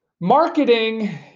marketing